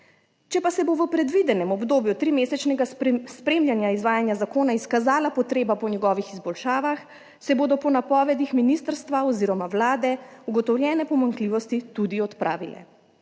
Če pa se bo v predvidenem obdobju trimesečnega spremljanja izvajanja zakona izkazala potreba po njegovih izboljšavah, se bodo po napovedih ministrstva oziroma Vlade, ugotovljene pomanjkljivosti tudi odpravile.